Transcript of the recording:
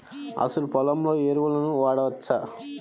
అసలు పొలంలో ఎరువులను వాడవచ్చా?